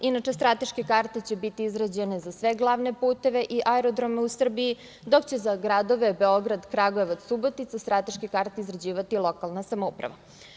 Inače, strateške karte će biti izrađene za sve glavne puteve i aerodrome u Srbiji, dok će za gradove Beograd, Kragujevac, Subotica, strateške karte izrađivati lokalna samouprava.